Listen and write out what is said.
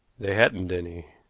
they hadn't any.